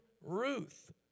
Ruth